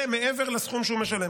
זה, מעבר לסכום שהוא משלם.